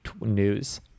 news